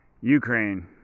Ukraine